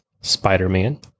spider-man